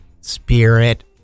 spirit